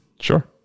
sure